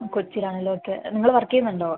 കൊച്ചിയിൽ ആണല്ലേ ഓക്കെ നിങ്ങള് വർക്ക് ചെയ്യുന്നുണ്ടോ